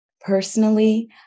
Personally